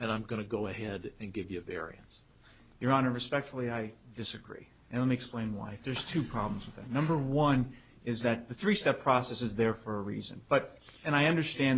and i'm going to go ahead and give you their eons your honor respectfully i disagree and then explain why there's two problems with the number one is that the three step process is there for a reason but and i understand